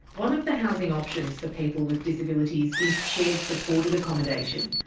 one of the housing options for people with disabilities is shared supported accommodation.